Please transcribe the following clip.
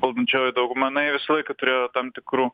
valdančioji dauguma na ji visą laiką turėjo tam tikrų